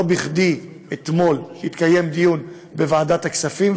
ולא בכדי אתמול התקיים דיון בוועדת הכספים,